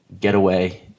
getaway